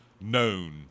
known